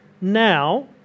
now